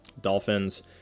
Dolphins